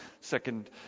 second